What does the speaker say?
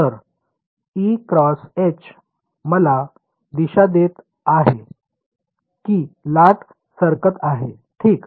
तर E × H मला दिशा देत आहे की लाट सरकत आहे ठीक